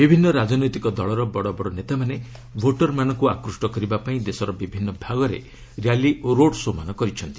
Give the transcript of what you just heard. ବିଭିନ୍ନ ରାଜନୈତିକ ଦଳର ବଡ଼ ବଡ଼ ନେତାମାନେ ଭୋଟରମାନଙ୍କୁ ଆକୃଷ୍ଟ କରିବା ପାଇଁ ଦେଶର ବିଭିନ୍ନ ଭାଗରେ ର୍ୟାଲି ଓ ରୋଡ୍ ଶୋ'ମାନ କରିଛନ୍ତି